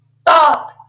Stop